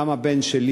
גם הבן שלי,